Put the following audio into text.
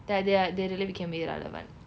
there there are they really become irrelevant